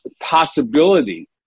possibility